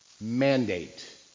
mandate